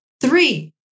three